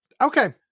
Okay